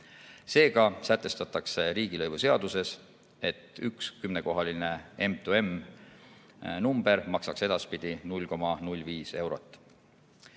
Nüüd sätestatakse riigilõivuseaduses, et üks 10-kohaline M2M-number maksaks edaspidi 0,05 eurot.